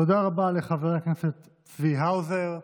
תודה רבה לחבר הכנסת צבי האוזר.